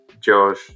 Josh